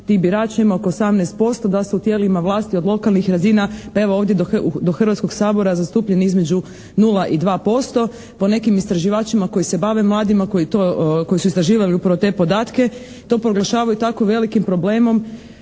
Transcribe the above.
ti biračima oko 18% da su u tijelima vlasti od lokalnih razina pa evo ovdje do Hrvatskog sabora zastupljeni između 0 i 2%. Po nekim istraživačima koji se bave mladima, koji su istraživali upravo te podatke to proglašavaju tako velikim problemom